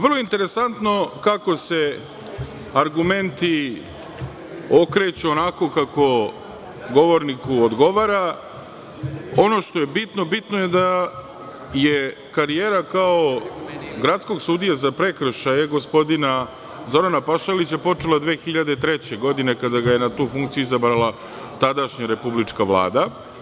Vrlo interesantno kako se argumenti okreću onako kako govorniku odgovara, ono što je bitno, bitno je da je karijera kao gradskog sudije za prekršaje gospodina Zorana Pašalića počela 2003. godine, kada ga je na tu funkciju izabrala tadašnja republička Vlada.